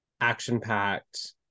action-packed